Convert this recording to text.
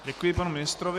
Děkuji panu ministrovi.